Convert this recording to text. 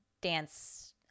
dance